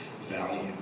value